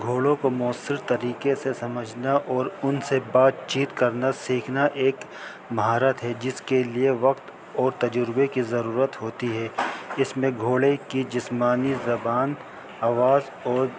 گھوڑوں کو مؤثر طریقے سے سمجھنا اور ان سے بات چیت کرنا سیکھنا ایک مہارت ہے جس کے لیے وقت اور تجربے کی ضرورت ہوتی ہے اس میں گھوڑے کی جسمانی زبان آواز اور